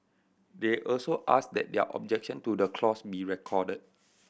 they also asked that their objection to the clause be recorded